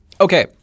okay